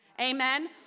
Amen